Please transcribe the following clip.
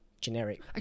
generic